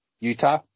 Utah